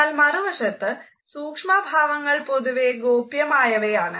എന്നാൽ മറുവശത്തു സൂക്ഷ്മഭാവങ്ങൾ പൊതുവെ ഗോപ്യമായവയാണ്